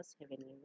heavenly